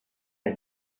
and